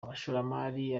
abashoramari